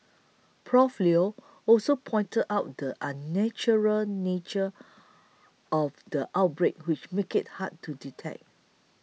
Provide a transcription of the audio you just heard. Prof Leo also pointed out the unusual nature of the outbreak which made it hard to detect